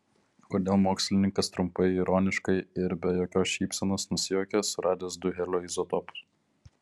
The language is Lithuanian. kodėl mokslininkas trumpai ironiškai ir be jokios šypsenos nusijuokė suradęs du helio izotopus